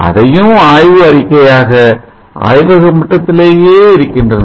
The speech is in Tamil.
அதையும் ஆய்வு அறிக்கையாக ஆய்வக மட்டத்திலேயே இருக்கின்றன